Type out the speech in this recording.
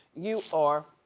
you are